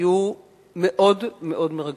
היו מאוד מאוד מרגשים.